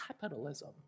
capitalism